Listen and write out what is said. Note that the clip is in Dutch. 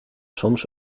soms